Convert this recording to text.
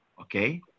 okay